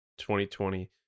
2020